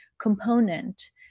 component